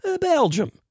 Belgium